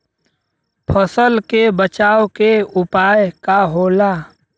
फसल के बचाव के उपाय का होला?